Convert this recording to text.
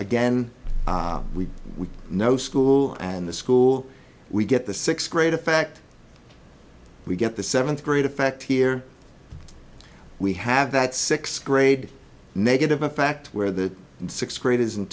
again we know school and the school we get the sixth grade a fact we get the seventh grade effect here we have that sixth grade negative effect where the sixth grade